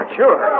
sure